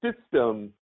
system